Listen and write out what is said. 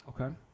Okay